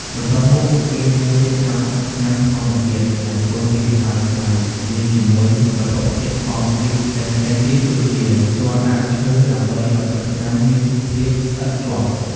បន្ទាប់មក ពួកគេត្រូវរៀបចំទឹកថ្នាំធម្មជាតិដែលធ្វើពី ម្សៅខ្មៅ លាយជាមួយវត្ថុធាតុធម្មជាតិផ្សេងៗទៀតដូចជា ជ័រដើមឈើដើម្បីឱ្យទឹកថ្នាំមានភាពស្អិតជាប់។